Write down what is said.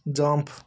jump